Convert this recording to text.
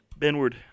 Benward